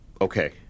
Okay